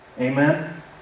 Amen